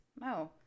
No